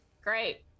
Great